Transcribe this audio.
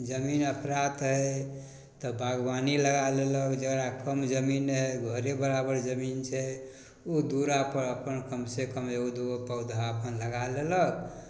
जमीन अफरात हइ तब बागवानी लगा लेलक जकरा कम जमीन हइ घरे बराबर जमीन छै ओ दुअरापर अपन कमसँ कम एगो दुइगो पौधा अपन लगा लेलक